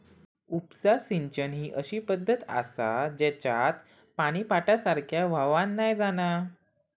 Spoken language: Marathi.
उपसा सिंचन ही अशी पद्धत आसा जेच्यात पानी पाटासारख्या व्हावान नाय जाणा